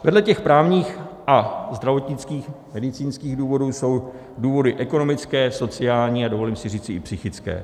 Vedle právních a zdravotnických, medicínských důvodů jsou důvody ekonomické, sociální a dovolím si říct i psychické.